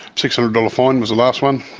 six hundred dollars fine was the last one.